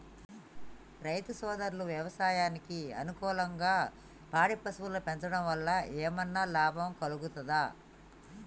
రైతు సోదరులు వ్యవసాయానికి అనుకూలంగా పాడి పశువులను పెంచడం వల్ల ఏమన్నా లాభం కలుగుతదా?